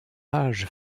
âge